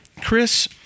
Chris